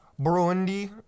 Burundi